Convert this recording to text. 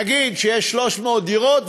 נגיד שיש 300 דירות,